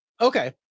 Okay